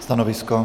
Stanovisko?